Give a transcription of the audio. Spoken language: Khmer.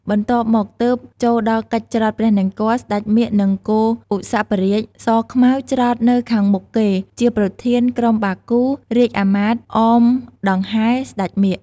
បន្ទាប់មកទើបចូលដល់កិច្ចច្រត់ព្រះនង្គ័ល ស្ដេចមាឃ និង គោឧសភរាជ សខ្មៅ ច្រត់នៅខាងមុខគេ ជាប្រធាន ក្រុមបាគូ រាជអាមាត្រ អមដង្ហែរ ស្ដេចមាឃ។